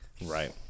Right